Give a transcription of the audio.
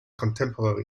contemporary